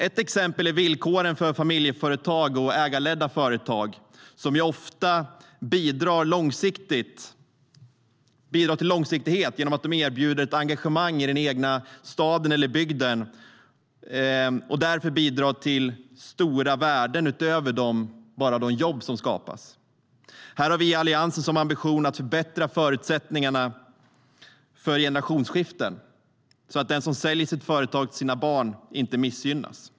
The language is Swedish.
Ett exempel är villkoren för familjeföretag och ägarledda företag, som ofta bidrar till långsiktighet genom att de erbjuder ett engagemang i den egna staden eller bygden och därför bidrar till stora värden utöver bara de jobb som skapas. Här har vi i Alliansen som ambition att förbättra förutsättningarna för generationsskiften så att den som säljer sitt företag till sina barn inte missgynnas.